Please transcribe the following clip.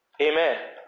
amen